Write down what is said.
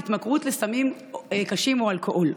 התמכרות לסמים קשים או אלכוהול?